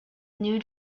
near